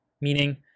meaning